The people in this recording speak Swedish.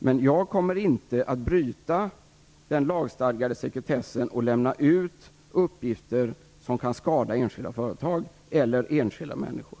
Men jag kommer inte att bryta den lagstadgade sekretessen och lämna ut uppgifter som kan skada enskilda företag eller enskilda människor.